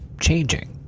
changing